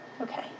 Okay